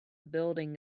building